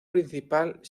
principal